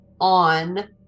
on